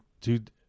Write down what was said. dude